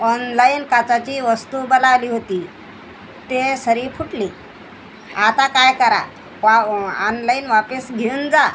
online काचेची वस्तू मला आली होती ते सरी फुटली आता काय करा पाव ऑनलाईन वापस घेऊन जा